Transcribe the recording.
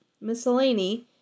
Miscellany